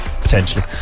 potentially